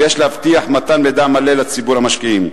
ויש להבטיח מתן מידע מלא לציבור המשקיעים.